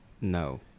No